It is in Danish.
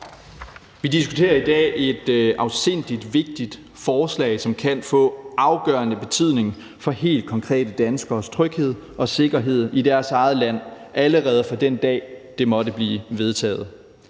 Vi diskuterer i dag et afsindig vigtigt forslag, som kan få afgørende betydning for helt konkrete danskeres tryghed og sikkerhed i deres eget land, allerede fra den dag det måtte blive vedtaget,